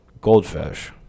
goldfish